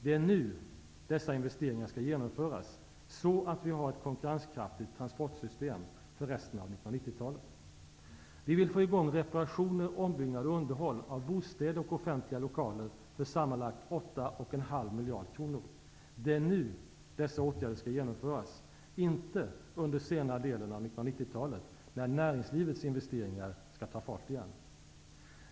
Det är nu dessa investeringar skall genomföras så att vi har ett konkurrenskraftigt transportsystem för resten av Vi vill få i gång reparationer, ombyggnader och underhåll av bostäder och av offentliga lokaler för sammanlagt 8,5 miljarder kronor. Det är nu dessa åtgärder skall genomföras, inte under senare delen av 1990-talet när näringslivets investeringar skall ta fart igen.